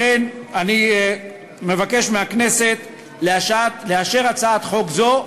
לכן אני מבקש מהכנסת לאשר הצעת חוק זו,